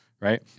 right